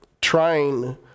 trying